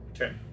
Okay